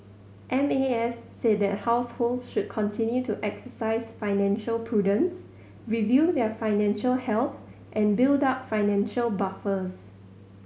M A S said that households should continue to exercise financial prudence review their financial health and build up financial buffers